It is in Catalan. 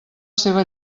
seva